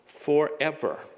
Forever